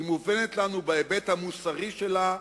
היא מובנת לנו בהיבט המוסרי שלה,